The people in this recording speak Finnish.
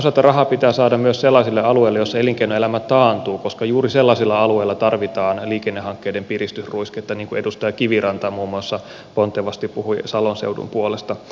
toisaalta rahaa pitää saada myös sellaisille alueille joissa elinkeinoelämä taantuu koska juuri sellaisilla alueilla tarvitaan liikennehankkeiden piristysruisketta niin kuin muun muassa edustaja kiviranta pontevasti puhui salon seudun puolesta